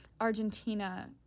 Argentina